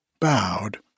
bowed